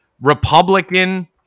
Republican